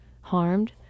harmed